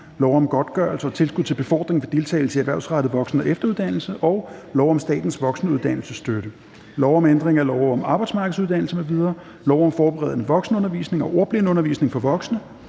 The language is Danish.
lov om godtgørelse og tilskud til befordring ved deltagelse i erhvervsrettet voksen- og efteruddannelse og lov om statens voksenuddannelsesstøtte, lov om ændring af lov om arbejdsmarkedsuddannelser m.v., lov om forberedende voksenundervisning og ordblindeundervisning for voksne,